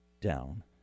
down